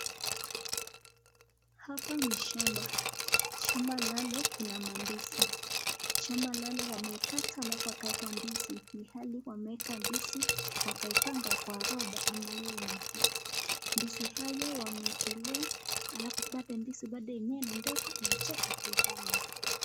Hapa ni shamba. Shamba lile kuna maandisi. Shamba lile wameikata alafu wakaweka ndizi. Ni hali wameweka ndizi wakaipanga kwa row ambayo inafaa. Ndizi hayo wamewekelea alafu bado ndizi bado yenye ni ndogo wametoka kuipanda.